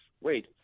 wait